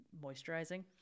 moisturizing